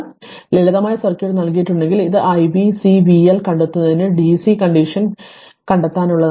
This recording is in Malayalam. അതിനാൽ ലളിതമായ സർക്യൂട്ട് നൽകിയിട്ടുണ്ടെങ്കിൽ ഇത് iv C v L കണ്ടെത്തുന്നതിന് dc കണ്ടീഷൻ കീഴിൽ കണ്ടെത്താനുള്ളതാണ്